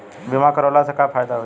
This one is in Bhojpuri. बीमा करवला से का फायदा होयी?